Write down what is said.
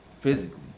physically